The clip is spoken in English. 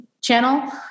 channel